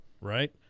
right